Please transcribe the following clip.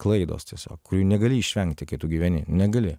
klaidos tiesiog kurių negali išvengti kai tu gyveni negali